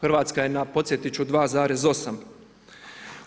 Hrvatska je na, podsjetit ću 2,8.